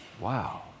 Wow